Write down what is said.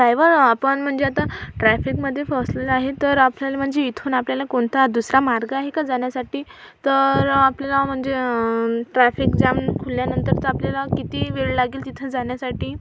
driver आपण म्हणजे आता ट्रॅफिकमधे फसलो आहे तर आपल्याला म्हणजे इथून आपल्याला कोणता दुसरा मार्ग आहे का जाण्यासाठी तर आपल्याला म्हणजे ट्रॅफिक जाम खुलल्यानंतरचा आपल्याला किती वेळ लागेल तिथं जाण्यासाठी